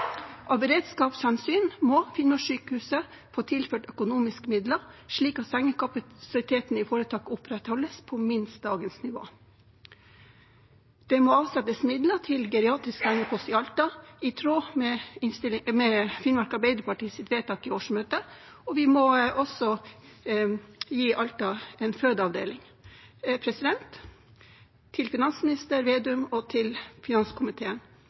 Av beredskapshensyn må Finnmarkssykehuset få tilført økonomiske midler slik at sengekapasiteten i foretaket opprettholdes på minst dagens nivå. Det må avsettes midler til geriatrisk sengepost i Alta, i tråd med Finnmark Arbeiderpartis vedtak i årsmøte, og vi må også gi Alta en fødeavdeling. Til finansminister Vedum og til finanskomiteen: